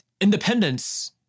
Independence